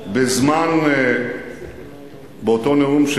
לשלום, באותו נאום,